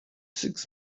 six